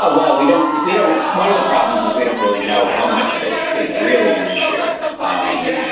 ah well, we don't. we don't. one of the problems is we don't really know how much of it is really an issue. um